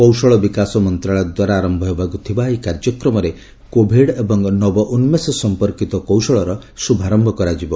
କୌଶଳ ବିକାଶ ମନ୍ତ୍ରାଳୟ ଦ୍ୱାରା ଆରୟ ହେବାକୁ ଥିବା ଏହି କାର୍ଯ୍ୟକ୍ରମରେ କୋଭିଡ୍ ଏବଂ ନବଉନ୍ଦେଷ ସଂପର୍କିତ କୌଶଳର ଶୁଭାରୟ କରାଯିବ